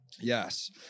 yes